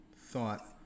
thought